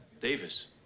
Davis